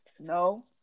No